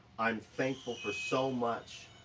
i'm thankful for so much,